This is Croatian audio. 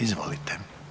Izvolite.